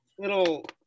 little